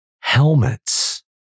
Helmets